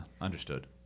Understood